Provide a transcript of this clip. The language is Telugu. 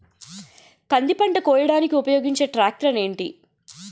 కంది పంట కోయడానికి ఉపయోగించే ట్రాక్టర్ ఏంటి?